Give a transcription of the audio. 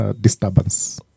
disturbance